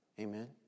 Amen